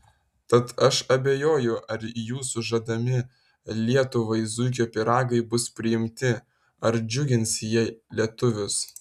tad aš abejoju ar jūsų žadami lietuvai zuikio pyragai bus priimti ar džiugins jie lietuvius